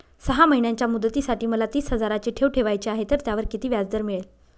सहा महिन्यांच्या मुदतीसाठी मला तीस हजाराची ठेव ठेवायची आहे, तर त्यावर किती व्याजदर मिळेल?